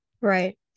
Right